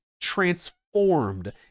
transformed